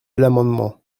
l’amendement